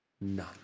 None